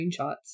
screenshots